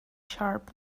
sharp